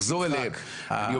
אל תביאו כסף חדש.